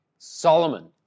Solomon